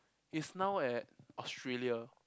he's now at Australia